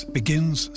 begins